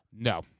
No